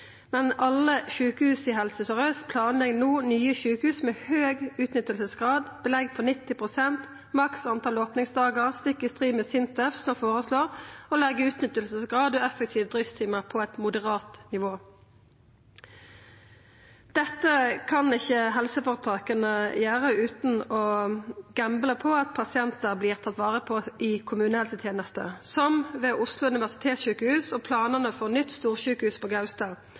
men alle sjukehusa i Helse Sør-Aust planlegg no nye sjukehus med høg utnyttingsgrad, eit belegg på 90 pst. og maks tal på opningsdagar, stikk i strid med SINTEFs forslag om å leggja utnyttingsgrad og effektive driftstimar på eit moderat nivå. Dette kan ikkje helseføretaka gjera utan å gambla med at pasientar vert tatt vare på i kommunehelsetenesta, som ved Oslo universitetssjukehus og i planane for nytt storsjukehus på Gaustad.